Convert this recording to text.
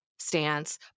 Stance